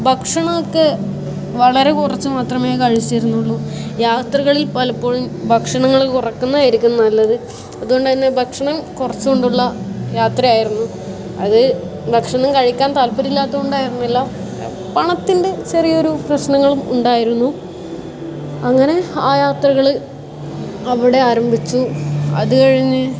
ഭക്ഷണമോക്കെ വളരെ കുറച്ചു മാത്രമേ കഴിച്ചിരുന്നുള്ളു യാത്രകളിൽ പലപ്പോഴും ഭക്ഷണങ്ങൾ കുറയ്ക്കുന്നതായിരിക്കും നല്ലത് അതുകൊണ്ട് തന്നെ ഭക്ഷണം കുറച്ചു കൊണ്ടുള്ള യാത്രയായിരുന്നു അത് ഭക്ഷണം കഴിക്കാൻ താല്പര്യം ഇല്ലാത്തത് കൊണ്ടായിരുന്നില്ല പണത്തിൻ്റെ ചെറിയൊരു പ്രശ്നങ്ങളും ഉണ്ടായിരുന്നു അങ്ങനെ ആ യാത്രകൾ അവിടെ ആരംഭിച്ചു അത് കഴിഞ്ഞ്